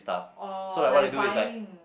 or like vine